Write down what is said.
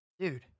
dude